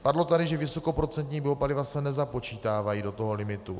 Padlo tady, že vysokoprocentní biopaliva se nezapočítávají do limitu.